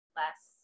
less